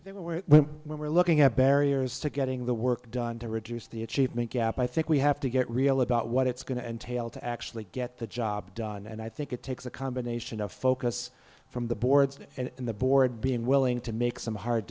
there were when we're looking at barriers to getting the work done to reduce the achievement gap i think we have to get real about what it's going to entail to actually get the job done and i think it takes a combination of focus from the boards and in the board being willing to make some hard